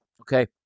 Okay